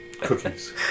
Cookies